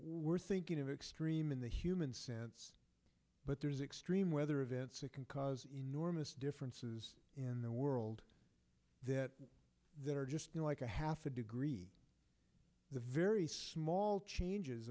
we're thinking of extreme in the human sense but there's extreme weather events that can cause enormous differences in the world that there are just like a half a degree the very small changes